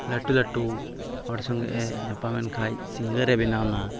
ᱞᱟᱹᱴᱩ ᱞᱟᱹᱴᱩ ᱦᱚᱲ ᱥᱚᱸᱜᱮ ᱧᱟᱯᱟᱢ ᱮᱱ ᱠᱷᱟᱡ ᱥᱤᱝᱜᱟᱨᱮ ᱵᱮᱱᱟᱣᱱᱟ